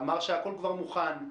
אמר שהכול כבר מוכן,